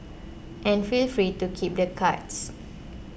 and feel free to keep the cards